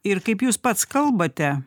ir kaip jūs pats kalbate